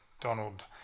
Donald